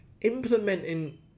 implementing